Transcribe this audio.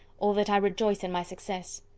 or that i rejoice in my success.